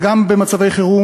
זה גם במצבי חירום,